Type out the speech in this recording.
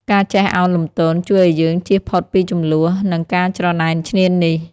ការចេះឱនលំទោនជួយឱ្យយើងជៀសផុតពីជម្លោះ និងការច្រណែនឈ្នានីស។